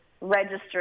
register